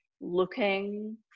looking